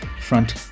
front